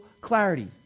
clarity